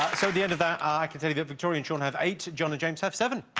so the end of that ah i can tell you that victorian she'll have eight john the james have seven